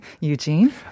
Eugene